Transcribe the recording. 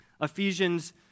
Ephesians